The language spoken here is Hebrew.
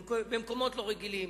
במקומות לא רגילים,